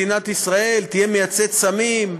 מדינת ישראל תהיה מייצאת סמים?